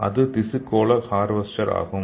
இது திசு கோள ஹார்வெஸ்டர் ஆகும்